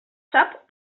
sap